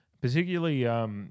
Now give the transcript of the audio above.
particularly